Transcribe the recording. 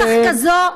רצח כזה,